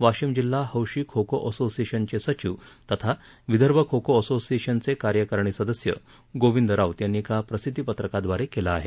वाशीम जिल्हा हौशी खो खो असोसिएशनचे सचिव तथा विदर्भ खो खो असोसिएशनचे कार्यकारणी सदस्य गोविंद राऊत यांनी एका प्रसिद्धी पत्रकाद्वारे केलं आहे